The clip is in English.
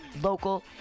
local